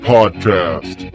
Podcast